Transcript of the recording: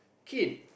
kill